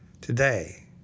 Today